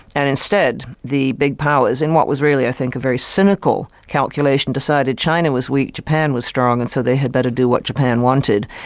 and instead the big powers, in what was really i think a very cynical calculation, decided china was weak, japan was strong, and so they had better do what japan wanted.